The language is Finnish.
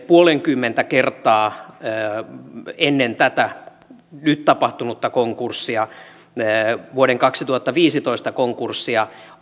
puolenkymmentä kertaa ennen tätä nyt tapahtunutta konkurssia vuoden kaksituhattaviisitoista konkurssia